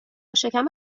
شکم